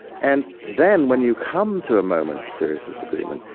and then when you come to moment of serious disagreement,